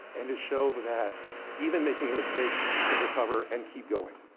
and to show that even making a mistake, you can recover and keep going.